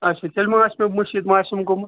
اَچھا تیٚلہِ ما آسہِ مےٚ مٔشِتھ ما آسٮ۪م گوٚمُت